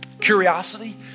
curiosity